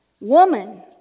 woman